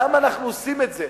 למה אנחנו עושים את זה,